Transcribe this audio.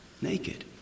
naked